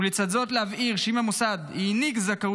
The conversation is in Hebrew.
ולצד זאת להבהיר שאם המוסד העניק זכאות